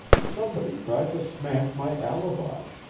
somebody tried to smash my alibi.